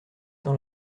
dans